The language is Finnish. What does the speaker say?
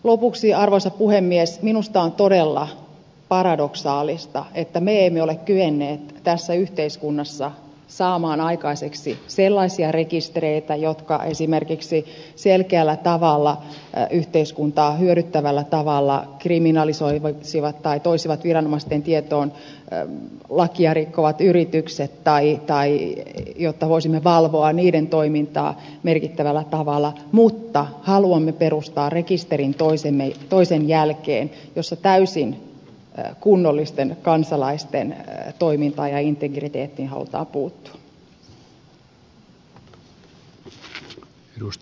lopuksi arvoisa puhemies minusta on todella paradoksaalista että me emme ole kyenneet tässä yhteiskunnassa saamaan aikaiseksi sellaisia rekistereitä jotka esimerkiksi selkeällä tavalla yhteiskuntaa hyödyttävällä tavalla kriminalisoisivat tai toisivat viranomaisten tietoon lakia rikkovat yritykset tai joilla voisimme valvoa niiden toimintaa merkittävällä tavalla mutta haluamme perustaa rekisterin toisensa jälkeen jossa täysin kunnollisten kansalaisten toimintaan ja integriteettiin halutaan puuttua